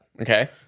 Okay